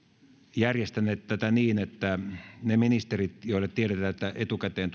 järjestäneet tätä niin että ne ministerit joille etukäteen